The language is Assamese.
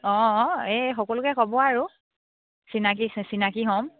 অঁ অঁ এই সকলোকে ক'ব আৰু চিনাকী চিনাকী হ'ম